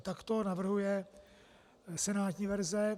Tak to navrhuje senátní verze.